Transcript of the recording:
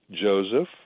Joseph